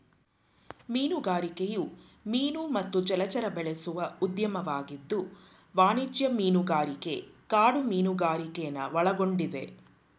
ಮೀನುಗಾರಿಕೆಯು ಮೀನು ಮತ್ತು ಜಲಚರ ಬೆಳೆಸುವ ಉದ್ಯಮವಾಗಿದ್ದು ವಾಣಿಜ್ಯ ಮೀನುಗಾರಿಕೆ ಕಾಡು ಮೀನುಗಾರಿಕೆನ ಒಳಗೊಂಡಿದೆ